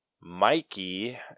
Mikey